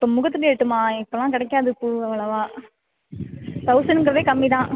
இப்போ முகூர்த்த டேட்டுமா இப்போலாம் கிடைக்காது பூ அவ்வளவா தொளசணுங்கிறதே கம்மி தான்